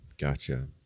Gotcha